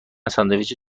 ساندویچ